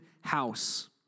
house